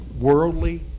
worldly